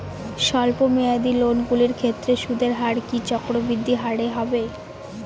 স্বল্প মেয়াদী লোনগুলির ক্ষেত্রে সুদের হার কি চক্রবৃদ্ধি হারে হবে?